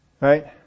Right